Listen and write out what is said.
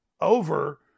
over